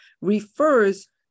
refers